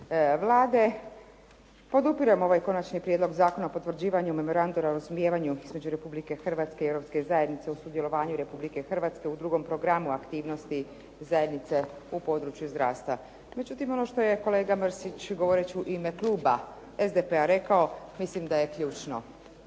Vlade. Podupiremo ovaj Konačni prijedlog zakona o potvrđivanju Memoranduma o razumijevanju između Republike Hrvatske i Europske zajednice o sudjelovanju Republike Hrvatske u drugom programu aktivnosti zajednice u području zdravstva. Međutim, ono što je kolega Mrsić govoreći u ime kluba SDP-a rekao mislim da je ključno.